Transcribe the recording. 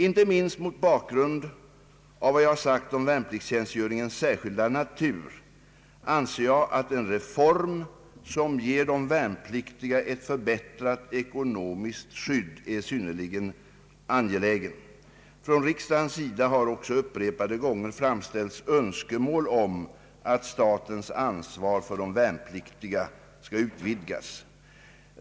Inte minst mot bakgrund av vad jag sagt om värnpliktstjänstgöringens särskilda natur anser jag att en reform som ger de värnpliktiga ett förbättrat ekonomiskt skydd är synnerligen angelägen. Från riksdagens sida har också upprepade gånger framställts önskemål om att statens ansvar för de värnpliktiga skall utvidgas.